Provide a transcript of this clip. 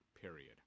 period